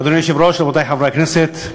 אדוני היושב-ראש, רבותי חברי הכנסת,